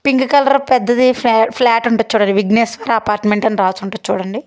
pink colour పెద్దది ఫ్లా flat ఉంటుంది చూడండి విఘ్నేశ్వర అపార్ట్మెంట్ అని రాసి ఉంటుంది చూడండి